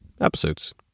episodes